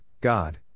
God